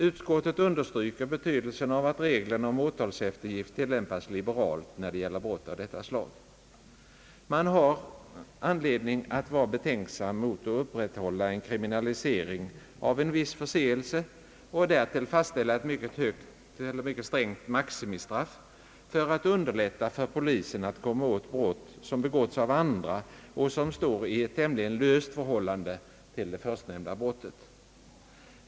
Utskottet understryker betydelsen av att reglerna om åtalseftergift tillämpas liberalt när det gäller brott av detta slag. Man har anledning vara betänksam mot att upprätthålla en kriminalisering av en viss förseelse — och därtill fastställa ett mycket strängt maximistraff — för att underlätta för polisen att komma åt brott som begåtts av andra och som står i ett tämligen löst förhållande till det förstnämnda brottet.